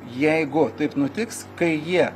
jeigu taip nutiks kai jie